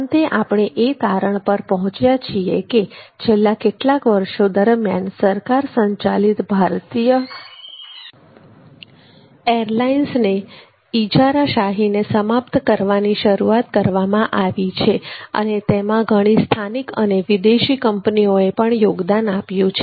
અંતે આપણે એ તારણ પર પહોંચ્યા છીએ કે છેલ્લા કેટલાક વર્ષો દરમ્યાન સરકાર સંચાલિત ભારતીય એરલાઇન્સને ઇજારાશાહીને સમાપ્ત કરવાની શરૂઆત કરવામાં આવી છે અને તેમાં ઘણી સ્થાનિક અને વિદેશી કંપનીઓએ પણ યોગદાન આપ્યું છે